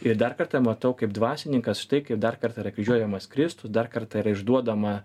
ir dar kartą matau kaip dvasininkas štai kaip dar kartą yra kryžiuojamas kristus dar kartą yra išduodama